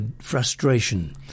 frustration